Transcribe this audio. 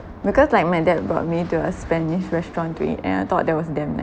because like my dad brought me to a spanish restaurant to eat and I thought that was damn